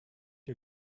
ihr